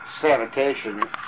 sanitation